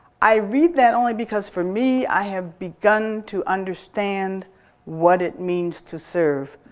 i read that only because for me, i have begun to understand what it means to serve.